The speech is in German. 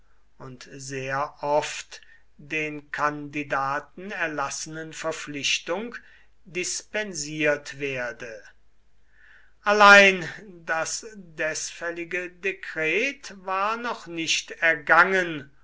und sehr oft den kandidaten erlassenen verpflichtung dispensiert werde allein das desfällige dekret war noch nicht ergangen